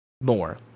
more